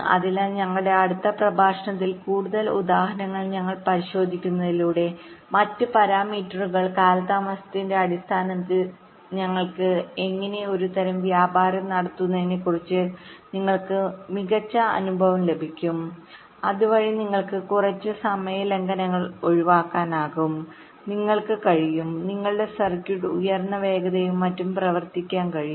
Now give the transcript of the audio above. അതിനാൽ ഞങ്ങളുടെ അടുത്ത പ്രഭാഷണത്തിലെ കൂടുതൽ ഉദാഹരണങ്ങൾ ഞങ്ങൾ പരിശോധിക്കുന്നതിലൂടെ മറ്റ് പാരാമീറ്ററുകളിലെകാലതാമസത്തിന്റെ അടിസ്ഥാനത്തിൽ ഞങ്ങൾക്ക് എങ്ങനെ ഒരുതരം വ്യാപാരം നടത്താമെന്നതിനെക്കുറിച്ച് നിങ്ങൾക്ക് മികച്ച അനുഭവം ലഭിക്കും അതുവഴി നിങ്ങൾക്ക് കുറച്ച് സമയ ലംഘനങ്ങൾ ഒഴിവാക്കാനാകും നിങ്ങൾക്ക് കഴിയും നിങ്ങളുടെ സർക്യൂട്ട് ഉയർന്ന വേഗതയിലും മറ്റും പ്രവർത്തിപ്പിക്കാൻ കഴിയും